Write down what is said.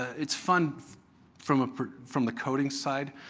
it's fun from ah from the coding side.